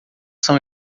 são